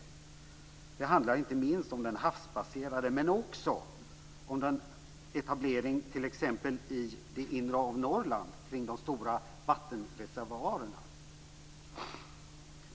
Det handlar inte minst om den havsbaserade vindkraften men också om etablering t.ex. i det inre av Norrland kring de stora vattenreservoarerna.